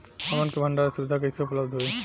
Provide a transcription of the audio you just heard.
हमन के भंडारण सुविधा कइसे उपलब्ध होई?